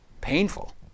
painful